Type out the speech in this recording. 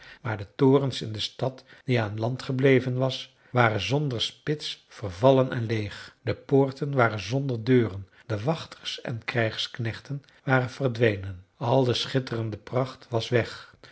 maar de torens in de stad die aan land gebleven was waren zonder spits vervallen en leeg de poorten waren zonder deuren de wachters en krijgsknechten waren verdwenen al de schitterende pracht was weg